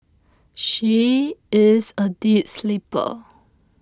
she is a deep sleeper